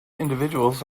individuals